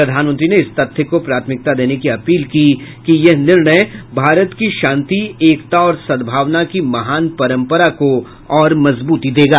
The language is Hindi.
प्रधानमंत्री ने इस तथ्य को प्राथमिकता देने की अपील की कि यह निर्णय भारत की शांति एकता और सद्भावना की महान परंपरा को और मजबूती देगा